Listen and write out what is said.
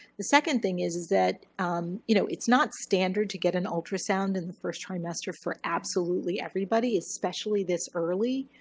the second thing is that um you know, it's not standard to get an ultrasound in the first trimester for absolutely everybody, especially this early.